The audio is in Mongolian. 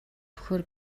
өгөхөөр